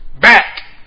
Back